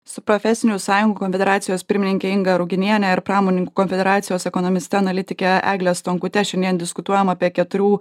su profesinių sąjungų konfederacijos pirmininke inga ruginiene ir pramoninkų konfederacijos ekonomiste analitike egle stonkute šiandien diskutuojam apie keturių